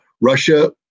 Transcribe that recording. Russia